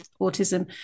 autism